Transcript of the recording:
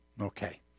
Okay